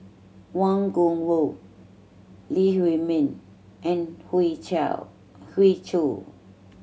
Wang Gungwu Lee Huei Min and Hoey Choo